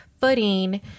footing